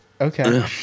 Okay